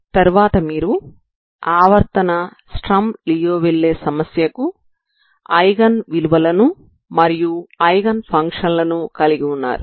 తర్వాత మీరు ఆవర్తన స్టర్మ్ లియోవిల్లే సమస్యకు ఐగెన్ విలువలను మరియు ఐగెన్ ఫంక్షన్ లను కలిగి ఉన్నారు